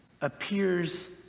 appears